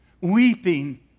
weeping